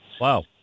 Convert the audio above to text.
Wow